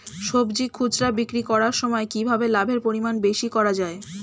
সবজি খুচরা বিক্রি করার সময় কিভাবে লাভের পরিমাণ বেশি করা যায়?